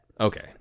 Okay